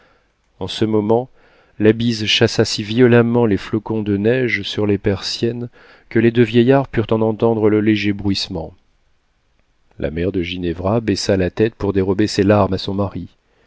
en ce moment la bise chassa si violemment les flocons de neige sur les persiennes que les deux vieillards purent en entendre le léger bruissement la mère de ginevra baissa la tête pour dérober ses larmes à son mari